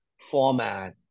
format